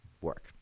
work